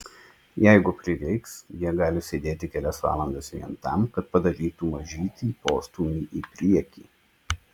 jeigu prireiks jie gali sėdėti kelias valandas vien tam kad padarytų mažytį postūmį į priekį